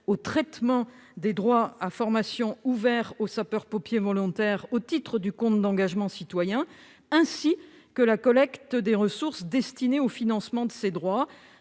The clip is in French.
au traitement des droits à formation ouverts aux sapeurs-pompiers volontaires au titre du compte d'engagement citoyen, ainsi que la collecte des ressources destinées au financement de ces droits,